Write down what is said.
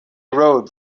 rode